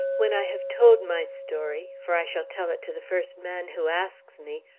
when i have told my story, for i shall tell it to the first man who asks me,